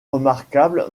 remarquable